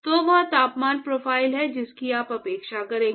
तो वह तापमान प्रोफ़ाइल है जिसकी आप अपेक्षा करेंगे